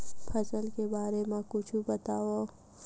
फसल के बारे मा कुछु बतावव